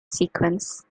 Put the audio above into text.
sequence